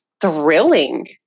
thrilling